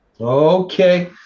okay